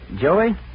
Joey